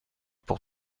pour